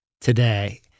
today